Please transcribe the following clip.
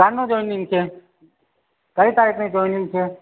ક્યારનું joining છે કઈ તારીખની જોઇનિંગ છે